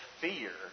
fear